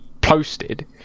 posted